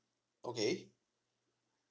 okay